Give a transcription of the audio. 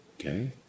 Okay